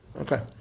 Okay